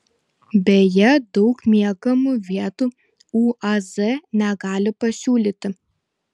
beje daug miegamų vietų uaz negali pasiūlyti